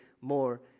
more